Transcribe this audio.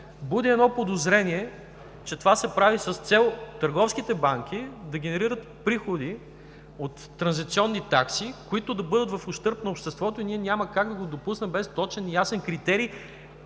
буди едно подозрение, че това се прави с цел търговските банки да генерират приходи от транзакционни такси, които да бъдат в ущърб на обществото. Ние няма как да го допуснем без точен и ясен критерий